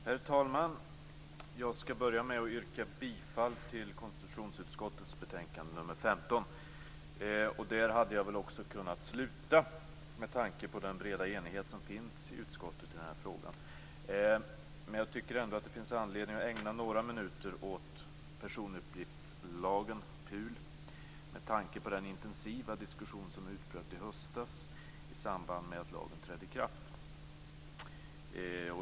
Herr talman! Jag skall börja med att yrka bifall till KU:s hemställan i betänkande 15. Där hade jag kunnat sluta med tanke på den breda enighet som finns i utskottet i denna fråga, men jag tycker att det finns anledning att ägna några minuter åt personuppgiftslagen, PUL, med tanke på den intensiva diskussion som utbröt i höstas i samband med att lagen trädde i kraft.